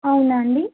అవునా అండి